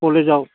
कलेजाव